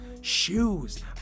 shoes